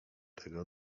tego